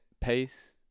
pace